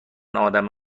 ادم